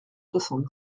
soixante